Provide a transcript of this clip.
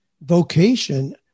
Vocation